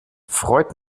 freut